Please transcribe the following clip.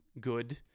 good